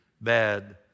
bad